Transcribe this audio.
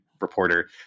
reporter